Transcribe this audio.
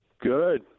Good